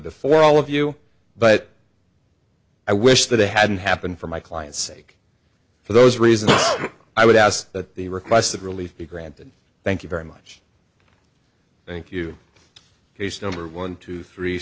before all of you but i wish that they hadn't happened for my clients sake for those reasons i would as the request of relief began to thank you very much thank you here's number one two three